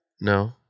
No